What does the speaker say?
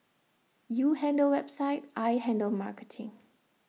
you handle website I handle marketing